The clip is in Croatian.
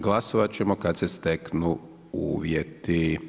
Glasovati ćemo kada se steknu uvjeti.